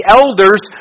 elders